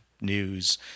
news